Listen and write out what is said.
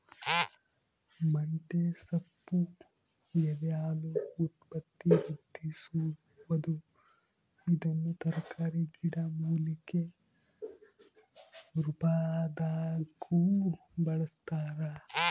ಮಂತೆಸೊಪ್ಪು ಎದೆಹಾಲು ಉತ್ಪತ್ತಿವೃದ್ಧಿಸುವದು ಇದನ್ನು ತರಕಾರಿ ಗಿಡಮೂಲಿಕೆ ರುಪಾದಾಗೂ ಬಳಸ್ತಾರ